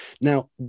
Now